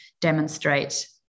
demonstrate